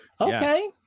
Okay